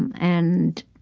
and,